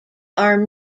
are